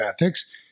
ethics